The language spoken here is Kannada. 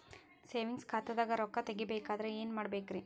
ಸೇವಿಂಗ್ಸ್ ಖಾತಾದಾಗ ರೊಕ್ಕ ತೇಗಿ ಬೇಕಾದರ ಏನ ಮಾಡಬೇಕರಿ?